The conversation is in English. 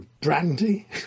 brandy